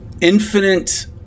infinite